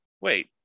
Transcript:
wait